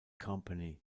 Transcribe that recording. company